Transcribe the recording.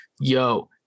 Yo